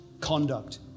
Conduct